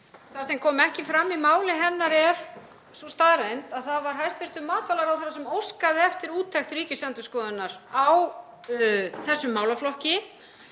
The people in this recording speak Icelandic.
Það sem kom ekki fram í máli hennar er sú staðreynd að það var hæstv. matvælaráðherra sem óskaði eftir úttekt Ríkisendurskoðunar á þessum málaflokki,